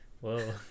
whoa